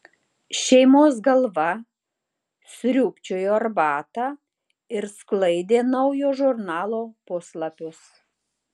šeimos galva sriūbčiojo arbatą ir sklaidė naujo žurnalo puslapius